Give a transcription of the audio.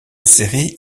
série